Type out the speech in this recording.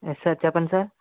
yes sir చెప్పండి sir